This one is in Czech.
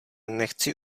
nechci